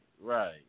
right